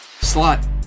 slot